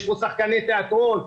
יש פה שחקני תיאטרון,